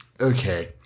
Okay